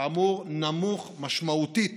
כאמור, נמוך משמעותית